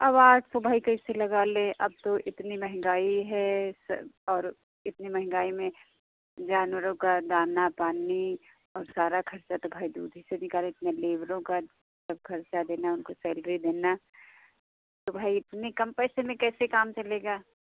अब आठ सौ भाई कैसे लगा ले अब तो इतनी महंगाई है स और इतनी महंगाई में जानवरों का दाना पानी और सारा खर्चा तो भाई दूध ही से निकाले इतना लेबरों का सब खर्चा देना उनको सैलरी देना तो भाई इतने कम पैसे में कैसे काम चलेगा